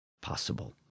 possible